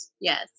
Yes